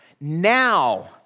Now